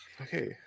Okay